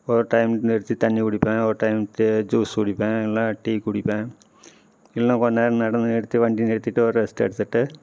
ஒவ்வொரு டைம் நிறுத்தி தண்ணி குடிப்பேன் ஒரு டைம் தி ஜூஸ் குடிப்பேன் இல்லைனா டீ குடிப்பேன் இல்லைனா கொஞ்சம் நேரம் நடந்துக்கிட்டு வண்டி நிறுத்திவிட்டு ஒரு ரெஸ்ட் எடுத்துட்டு